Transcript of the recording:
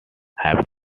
have